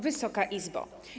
Wysoka Izbo!